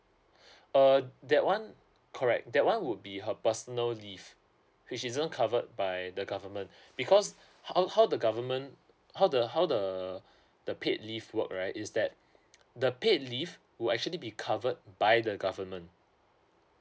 err that one correct that one would be her personal leave which isn't covered by the government because how how the government how the how the the paid leave work right is that the paid leave will actually be covered by the government